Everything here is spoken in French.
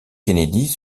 kennedy